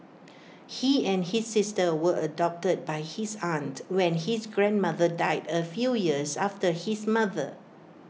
he and his sister were adopted by his aunt when his grandmother died A few years after his mother